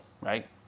right